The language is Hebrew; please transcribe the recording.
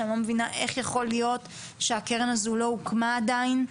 אני לא מבינה איך יכול להיות שהקרן הזו לא הוקמה עדיין.